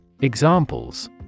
Examples